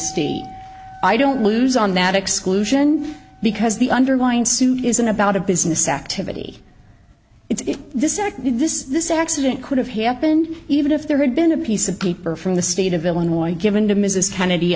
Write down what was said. state i don't lose on that exclusion because the underlying suit isn't about a business activity it's this is this this accident could have happened even if there had been a piece of paper from the state of illinois given to mrs kennedy